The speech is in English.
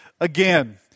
again